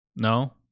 No